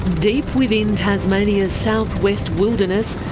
deep within tasmania's south-west wilderness,